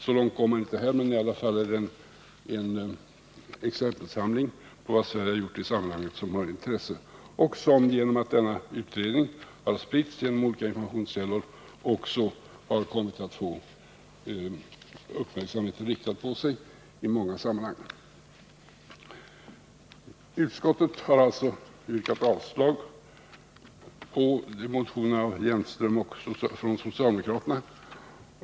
Så långt tillbaka går man alltså inte, men det är i alla fall en exempelsamling på vad Sverige har gjort på detta område som är av intresse och som, genom att denna utredning har spritts genom olika informationskällor, också har kommit att få uppmärksamheten riktad på sig i många sammanhang. Utskottet har alltså avstyrkt motionerna från vpk och från socialdemokraterna.